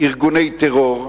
ארגוני טרור.